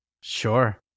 sure